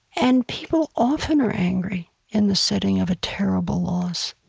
and people often are angry in the setting of a terrible loss.